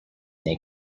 they